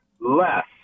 less